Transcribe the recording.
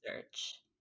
search